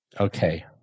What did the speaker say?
Okay